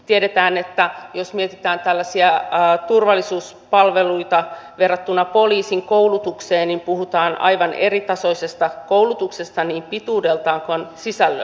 tiedetään että jos mietitään tällaisia turvallisuuspalveluita verrattuna poliisin koulutukseen niin puhutaan aivan eritasoisesta koulutuksesta niin pituudeltaan kuin sisällöltäänkin